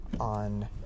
on